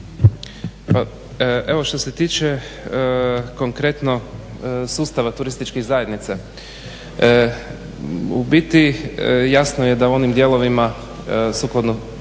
Evo što se tiče konkretno sustava turističkih zajednica. U biti jasno je da u onim dijelovima sukladno